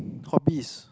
hobbies